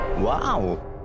Wow